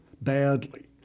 badly